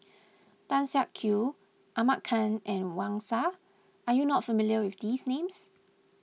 Tan Siak Kew Ahmad Khan and Wang Sha are you not familiar with these names